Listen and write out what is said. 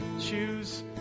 Choose